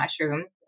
mushrooms